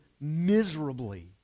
miserably